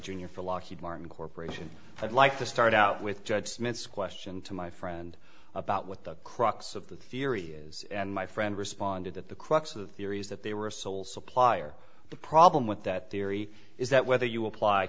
jr for lockheed martin corporation i'd like to start out with judge smith's question to my friend about what the crux of the theory is and my friend responded that the crux of the theory is that they were sole supplier the problem with that theory is that whether you apply